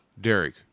Derek